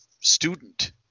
student